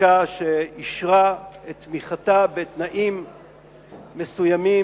לחקיקה שאישרה את תמיכתה, בתנאים מסוימים,